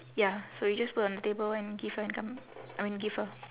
ya so we just put on the table and give her and come I mean give her